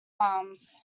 arms